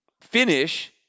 Finish